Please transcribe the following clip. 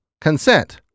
Consent